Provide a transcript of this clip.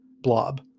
Blob